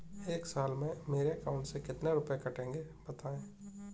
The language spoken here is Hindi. एक साल में मेरे अकाउंट से कितने रुपये कटेंगे बताएँ?